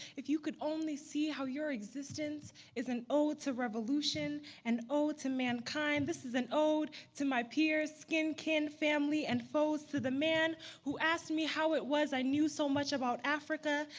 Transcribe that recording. if you could only see how your existence is an ode to revolution an ode to mankind. this is an ode to my peers, skin kin, family and foes to the man who asked me how it was i knew so much about africa.